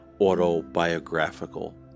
autobiographical